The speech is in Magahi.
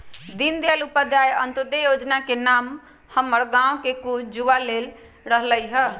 दीनदयाल उपाध्याय अंत्योदय जोजना के नाम हमर गांव के कुछ जुवा ले रहल हइ